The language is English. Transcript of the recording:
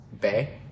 bay